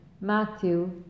Matthew